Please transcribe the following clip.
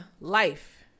life